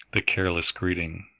the careless greeting,